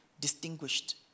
distinguished